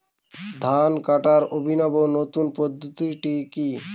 ধান কাটার অভিনব নতুন পদ্ধতিটি কি?